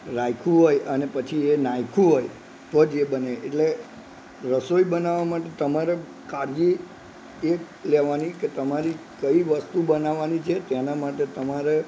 રાખ્યું હોય અને પછી એ નાખ્યું હોય તો જે બને એટલે રસોઈ બનાવવા માટે તમારે કાળજી એક લેવાની કે તમારી કઈ વસ્તુ બનાવવાની છે તેના માટે તમારે